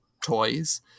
toys